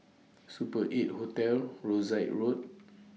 Super eight Hotel Rosyth Road